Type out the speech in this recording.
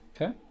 Okay